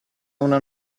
una